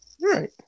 Right